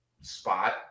spot